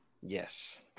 Yes